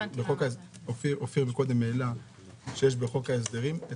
אופיר קודם העלה שיש בחוק ההסדרים את